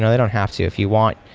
they don't have to. if you want,